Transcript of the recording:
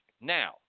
Now